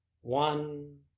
One